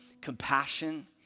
compassion